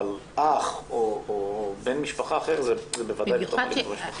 אבל אח או בן משפחה אחר זה בוודאי בתוך האלימות במשפחה.